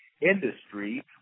industry